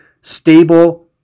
stable